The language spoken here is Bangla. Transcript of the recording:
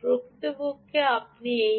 প্রকৃতপক্ষে আপনি এই